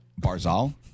Barzal